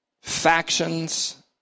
factions